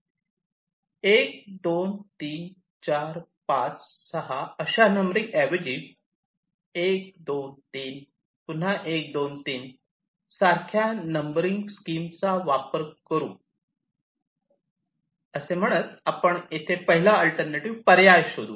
1 2 3 4 5 6 numbering ऐवजी 1 2 3 पुन्हा 1 2 3 सारख्या नंबरिंग स्कीमचा वापर करू असे म्हणत आपण येथे पहिला अल्टरनेटिव्ह पर्याय पाहू